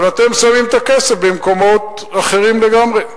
אבל אתם שמים את הכסף במקומות אחרים לגמרי.